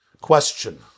Question